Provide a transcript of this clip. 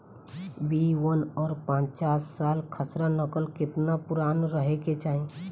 B one और पांचसाला खसरा नकल केतना पुरान रहे के चाहीं?